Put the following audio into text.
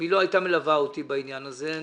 היא לא הייתה מלווה אותי בעניין הזה,